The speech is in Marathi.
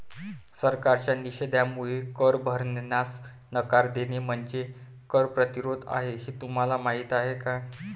सरकारच्या निषेधामुळे कर भरण्यास नकार देणे म्हणजे कर प्रतिरोध आहे हे तुम्हाला माहीत आहे का